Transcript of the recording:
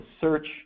search